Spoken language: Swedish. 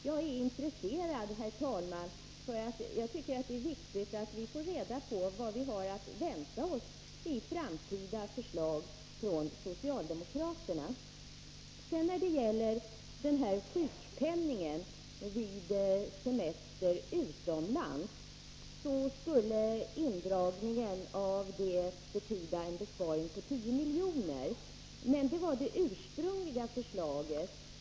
Jag är intresserad, herr talman, därför att jag tycker att det är viktigt att vi får reda på vad vi har att vänta oss i framtida förslag från socialdemokraterna. Indragningen av sjukpenning vid semester utomlands skulle betyda en besparing på 10 milj.kr. Men det var enligt det ursprungliga förslaget.